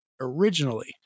originally